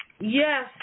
Yes